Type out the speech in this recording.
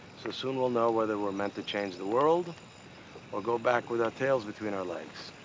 so soon we'll know whether we're meant to change the world or go back with our tails between our legs.